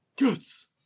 Yes